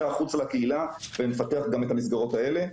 החוצה לקהילה ומפתח גם את המסגרות האלה.